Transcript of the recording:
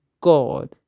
God